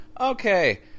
okay